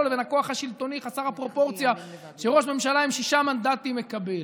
לבין הכוח השלטוני חסר הפרופורציה שראש ממשלה עם שישה מנדטים מקבל.